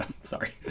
Sorry